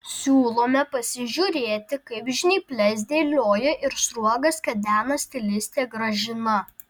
siūlome pasižiūrėti kaip žnyples dėlioja ir sruogas kedena stilistė gražina